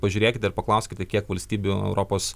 pažiūrėkite ir paklauskite kiek valstybių europos